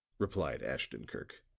replied ashton-kirk.